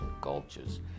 cultures